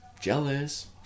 Jealous